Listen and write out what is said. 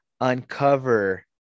uncover